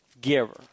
giver